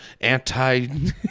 anti